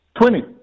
Twenty